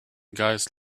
guys